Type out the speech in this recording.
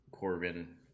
Corbin